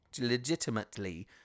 legitimately